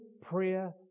prayer